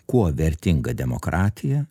kuo vertinga demokratija